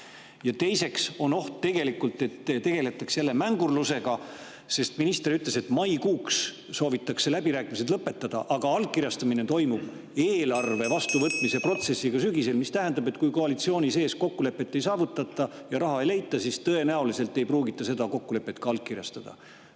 Teiseks on oht, et tegeldakse jälle mängurlusega, sest minister ütles, et maikuuks soovitakse läbirääkimised lõpetada, aga allkirjastamine toimub sügisel eelarve vastuvõtmise protsessiga koos. See tähendab, et kui koalitsiooni sees kokkulepet ei saavutata ja raha ei leita, siis tõenäoliselt ei pruugita seda kokkulepet allkirjastada.